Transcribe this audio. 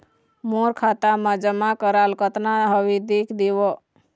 मोर खाता मा जमा कराल कतना हवे देख देव?